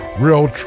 real